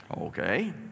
Okay